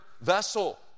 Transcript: vessel